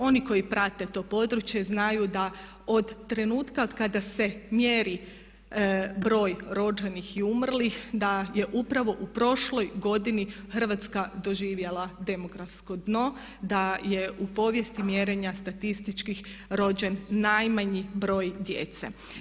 Oni koji prate to područje znaju da od trenutka od kada se mjeri broj rođenih i umrlih da je upravo u prošloj godini Hrvatska doživjela demografsko dno, da je u povijesti mjerenja statističkih rođen najmanji broj djece.